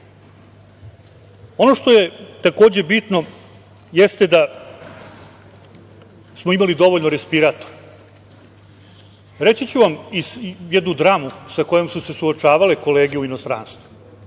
što je takođe bitno, jeste da smo imali dovoljno respiratora. Reći ću vam jednu dramu sa kojom su se suočavale kolege u inostranstvu.